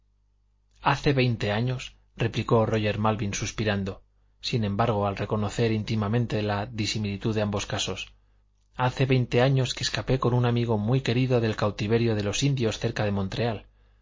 hace veinte años replicó róger malvin suspirando sin embargo al reconocer íntimamente la disimilitud de ambos casos hace veinte años que escapé con un amigo muy querido del cautiverio de los indios cerca de montreal